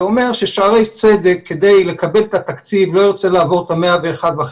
זה אומר ששערי צדק כדי לקבל את התקציב לא ירצה לעבור את ה-101.5%